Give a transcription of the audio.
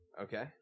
Okay